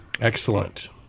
Excellent